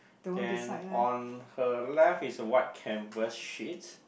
then on her left is a white canvas sheet